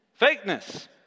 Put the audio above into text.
Fakeness